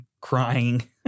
crying